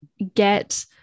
get